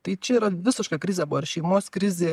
tai čia yra visiška krizė buvo ir šeimos krizė